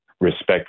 respect